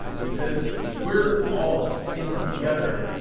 because we're all in this together,